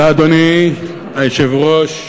אדוני היושב-ראש,